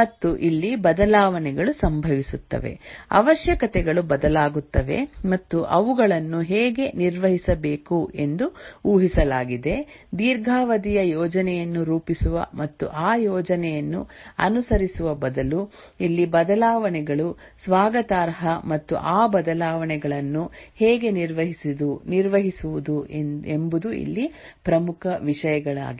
ಮತ್ತು ಇಲ್ಲಿ ಬದಲಾವಣೆಗಳು ಸಂಭವಿಸುತ್ತವೆ ಅವಶ್ಯಕತೆಗಳು ಬದಲಾಗುತ್ತವೆ ಮತ್ತು ಅವುಗಳನ್ನು ಹೇಗೆ ನಿರ್ವಹಿಸಬೇಕು ಎಂದು ಊಹಿಸಲಾಗಿದೆ ದೀರ್ಘಾವಧಿಯ ಯೋಜನೆಯನ್ನು ರೂಪಿಸುವ ಮತ್ತು ಆ ಯೋಜನೆಯನ್ನು ಅನುಸರಿಸುವ ಬದಲು ಇಲ್ಲಿ ಬದಲಾವಣೆಗಳು ಸ್ವಾಗತಾರ್ಹ ಮತ್ತು ಆ ಬದಲಾವಣೆಗಳನ್ನು ಹೇಗೆ ನಿರ್ವಹಿಸುವುದು ಎಂಬುದು ಇಲ್ಲಿ ಪ್ರಮುಖ ವಿಷಯಗಳಾಗಿವೆ